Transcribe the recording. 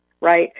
right